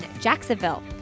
Jacksonville